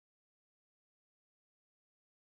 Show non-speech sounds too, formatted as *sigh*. *unintelligible*